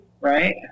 right